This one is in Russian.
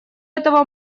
этого